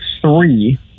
three